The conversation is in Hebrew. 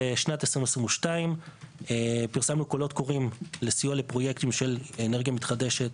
בשנת 2022 פרסמנו קולות קוראים לסיוע לפרויקטים של אנרגיה מתחדשת,